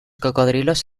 cocodrilos